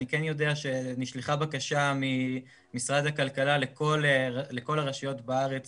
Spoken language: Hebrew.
אני כן יודע שנשלחה בקשה ממשרד הכלכלה לכל הרשויות בארץ